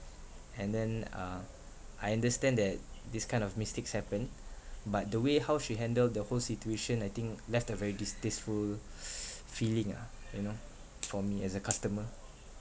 and then uh I understand that this kind of mistakes happen but the way how she handle the whole situation I think left a very distasteful feeling ah you know for me as a customer